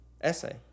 Essay